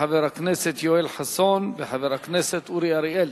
של חברי הכנסת יואל חסון ואורי אריאל.